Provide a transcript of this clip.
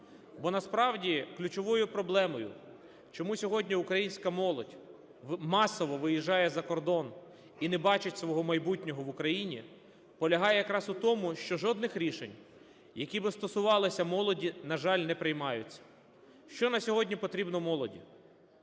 Бо насправді ключовою проблемою чому сьогодні українська молодь масово виїжджає за кордон і не бачить свого майбутнього в Україні, полягає якраз в тому, що жодних рішень, які би стосувалися молоді, на жаль, не приймаються. Що на сьогодні потрібно молоді.